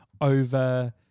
over